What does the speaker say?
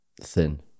thin